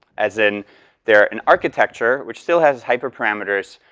as in their an architecture which still has hyper parameters.